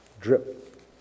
drip